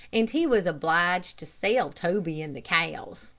and he was obliged to sell toby and the cows.